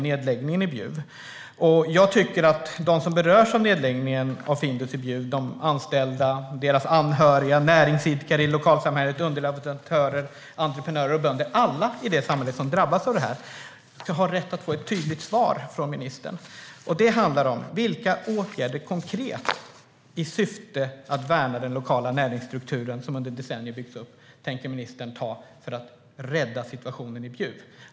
Alla som drabbas av nedläggningen av Findus i Bjuv, anställda, deras anhöriga, näringsidkare i lokalsamhället, underleverantörer, entreprenörer och bönder, har rätt att få ett tydligt svar från ministern. Vilka konkreta åtgärder i syfte att värna den lokala näringsstrukturen som byggts upp under decennier tänker ministern vidta för att rädda Bjuv?